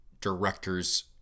directors